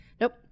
Nope